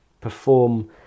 Perform